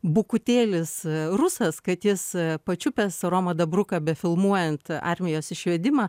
bukutėlis rusas kad jis pačiupęs romą dabruką befilmuojant armijos išvedimą